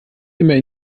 immer